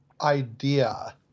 idea